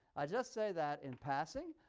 i just say that in passing